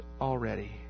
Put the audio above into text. already